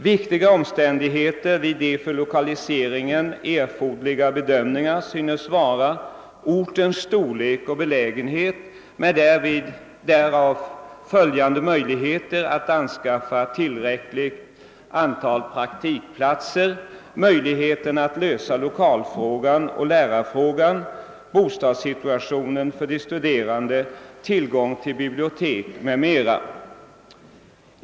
Viktiga omständigheter vid de för lokaliseringen erforderliga bedömningarna synes vara ortens storlek och belägenhet med därav följande möjligheter att anskaffa tillräckligt antal praktikplatser, möjligheterna att lösa lokalfrågan och lärarfrågan, bostadssituationen för de studerande, tillgång till bibliotek m.m.